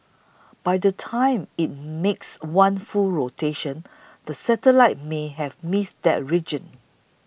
by the time it makes one full rotation the satellite may have missed that region